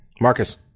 Marcus